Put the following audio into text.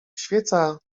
świeca